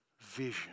Vision